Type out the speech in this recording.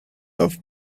off